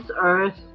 earth